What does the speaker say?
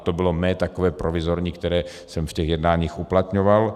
To bylo mé takové provizorní, které jsem v těch jednáních uplatňoval.